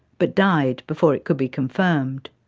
but died before it could be confirmed.